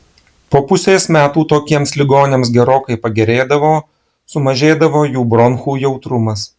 po pusės metų tokiems ligoniams gerokai pagerėdavo sumažėdavo jų bronchų jautrumas